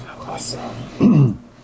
Awesome